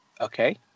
Okay